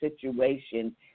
situation